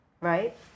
Right